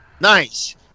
Nice